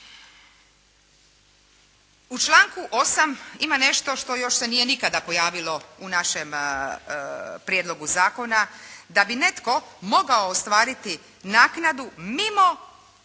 U članku 8. ima nešto što još se nije nikada pojavilo u našem prijedlogu zakona, da bi netko mogao ostvariti naknadu mimo